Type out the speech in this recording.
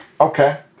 Okay